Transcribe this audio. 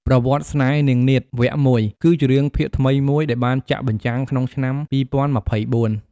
ប្រវត្តិស្នេហ៍នាងនាថ វគ្គ ១ គឺជារឿងភាគថ្មីមួយដែលបានចាក់បញ្ចាំងក្នុងឆ្នាំ ២០២៤។